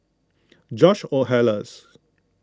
George Oehlers